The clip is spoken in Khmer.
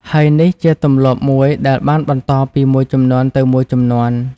ហើយនេះជាទម្លាប់មួយដែលបានបន្តពីមួយជំនាន់ទៅមួយជំនាន់។